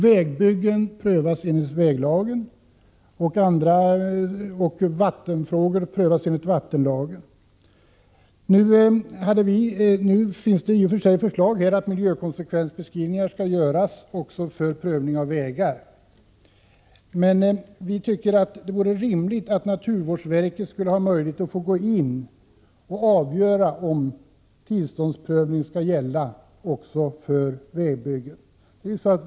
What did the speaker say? Vägbyggen prövas enligt väglagen och vattenfrågor prövas enligt vattenlagen. Nu finns det i och för sig förslag om att miljökonsekvensbeskrivningar skall göras också för prövning av vägar. Men vi tycker att det vore rimligt att naturvårdsverket fick möjlighet att gå in och avgöra om tillståndsprövningen skall gälla också för vägbyggen.